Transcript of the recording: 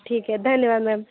ठीक है धन्यवाद मैम